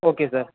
okay sir